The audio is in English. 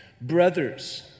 brothers